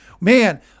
man